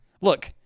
Look